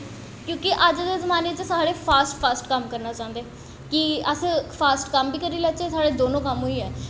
क्योंकि अज्ज दे जमाने च सारे फास्ट फास्ट कम्म करनां चांह्दे की अस फास्ट कम्म बी करी लैच्चै साढ़े दोनों कम्म होई जान